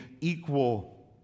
equal